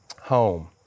home